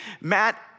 Matt